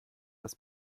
das